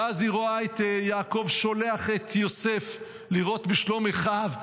ואז היא רואה את יעקב שולח את יוסף לראות בשלום אחיו.